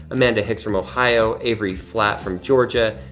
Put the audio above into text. amanda hicks from ohio, avery flat from georgia,